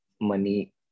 money